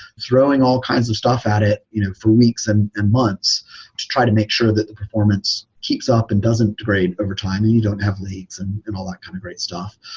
throwing all kinds of stuff at it you know for weeks and and months to try to make sure that the performance keeps up and doesn't degrade overtime and you don't have lates and and all that kind of great stuff.